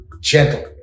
gentle